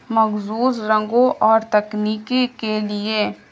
مخزوص رنگوں اور تکنیکی کے لیے